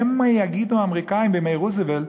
שמא יגידו האמריקנים בימי רוזוולט